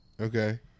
Okay